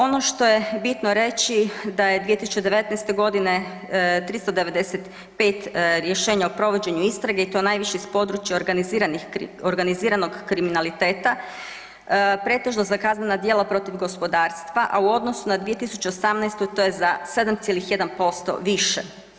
Ono što je bitno reći da je 2019.g. 395 rješenja o provođenju istrage i to najviše iz područja organiziranog kriminaliteta pretežno za kaznena djela protiv gospodarstva, a u odnosu na 2018. to je za 7,1% više.